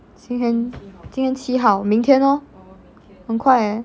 今天今天七号明天咯很快 eh